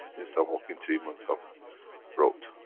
instead of walking three months of route.